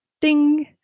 Ding